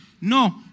No